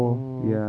mm